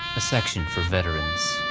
a section for veterans.